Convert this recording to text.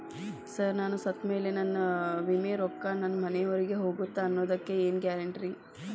Sir ನಾನು ಸತ್ತಮೇಲೆ ನನ್ನ ವಿಮೆ ರೊಕ್ಕಾ ನನ್ನ ಮನೆಯವರಿಗಿ ಹೋಗುತ್ತಾ ಅನ್ನೊದಕ್ಕೆ ಏನ್ ಗ್ಯಾರಂಟಿ ರೇ?